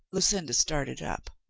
lucinda started up.